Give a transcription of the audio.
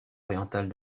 orientale